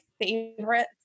favorite